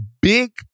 big